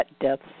death's